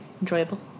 enjoyable